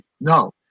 no